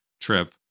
trip